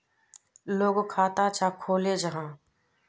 लोग खाता चाँ खोलो जाहा?